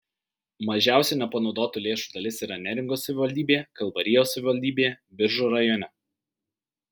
mažiausia nepanaudotų lėšų dalis yra neringos savivaldybėje kalvarijos savivaldybėje biržų rajone